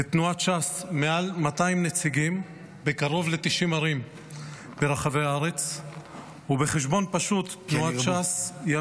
לתנועת ש"ס מעל 200 נציגים בקרוב ל-90 ערים ברחבי הארץ -- כן ירבו.